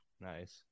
Nice